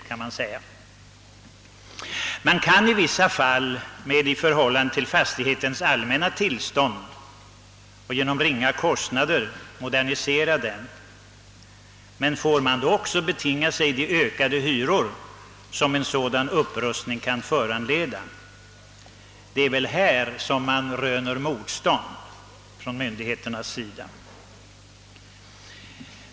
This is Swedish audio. Det är i vissa fall möjligt att genomföra en modernisering med i förhållande till fastighetens allmänna tillstånd ringa kostnader. Men får fastighetsägaren då också ta ut de ökade hyror som en sådan upprustning kan föranleda? Det är härvidlag som visst motstånd möter från myndigheternas sida.